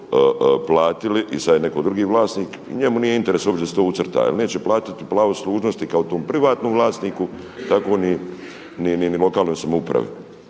i sad je netko drugi vlasnik. Njemu nije u interesu uopće da se to ucrta jer neće platiti pravo služnosti kao tom privatnom vlasniku tako ni lokalnoj samoupravi.